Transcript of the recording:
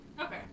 Okay